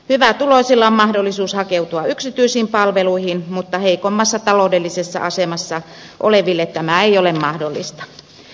hyvätuloisilla on mahdollisuus hakeutua yksityisiin palveluihin mutta heikommassa taloudellisessa asemassa oleville tämä ei ole mahdollista